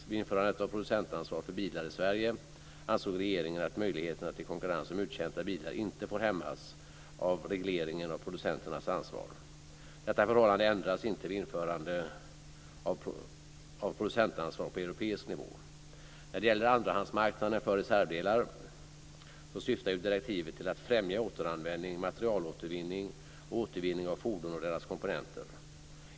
Vid införandet av producentansvar för bilar i Sverige ansåg regeringen att möjligheterna till konkurrens om uttjänta bilar inte får hämmas av regleringen av producenternas ansvar. Detta förhållande ändras inte vid införande av producentansvar på europeisk nivå. När det gäller andrahandsmarknaden för reservdelar så syftar ju direktivet till att främja återanvändning, materialåtervinning och återvinning av fordon och deras komponenter.